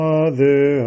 Mother